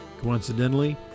Coincidentally